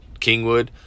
Kingwood